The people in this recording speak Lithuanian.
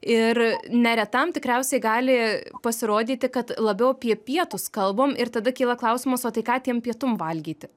ir neretam tikriausiai gali pasirodyti kad labiau apie pietus kalbam ir tada kyla klausimas o tai ką tiem pietum valgyti